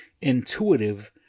intuitive